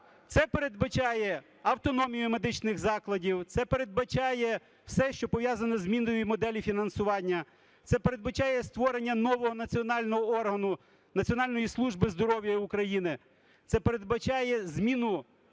Це передбачає автономію медичних закладів, це передбачає все, що пов'язано зі зміною моделі фінансування. Це передбачає створення нового національного органу – Національної служби здоров'я України. Це передбачає зміну